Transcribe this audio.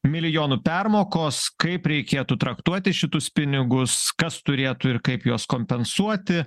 milijonų permokos kaip reikėtų traktuoti šitus pinigus kas turėtų ir kaip juos kompensuoti